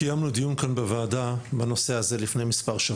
קיימנו דיון כאן בוועדה בנושא הזה לפני מספר שבועות.